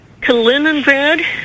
Kaliningrad